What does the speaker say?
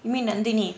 you mean nandhini